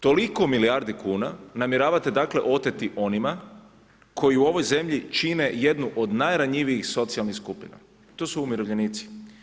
Toliko milijardi kuna namjeravate dakle oteti onima koji u ovoj zemlji čine jednu od najranjivijih socijalnih skupina, to su umirovljenici.